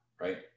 right